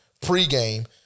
pregame